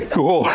Cool